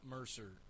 Mercer